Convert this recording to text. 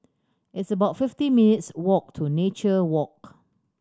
it's about fifty minutes' walk to Nature Walk